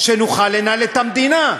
שנוכל לנהל את המדינה,